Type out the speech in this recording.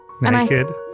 Naked